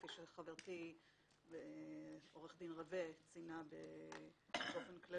כפי שחברתי עורכת הדין רווה ציינה באופן כללי,